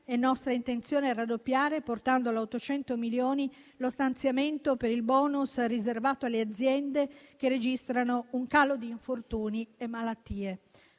è nostra intenzione raddoppiare, portandolo a 800 milioni, lo stanziamento per il *bonus* riservato alle aziende che registrano un calo di infortuni e malattie: